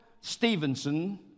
Stevenson